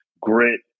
grit